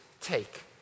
take